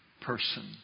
person